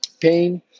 pain